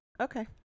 Okay